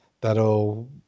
That'll